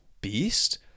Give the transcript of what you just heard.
beast